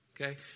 Okay